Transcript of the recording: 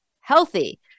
healthy